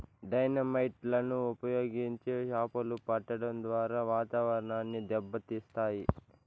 dynamite లను ఉపయోగించి చాపలు పట్టడం ద్వారా వాతావరణాన్ని దెబ్బ తీస్తాయి